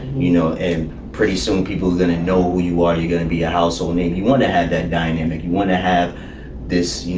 you know, and pretty soon people that ah know where you are, you're going to be a household name. you want to have that dynamic. you want to have this, you know,